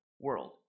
world